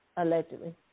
Allegedly